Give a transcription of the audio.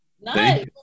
Nice